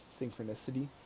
synchronicity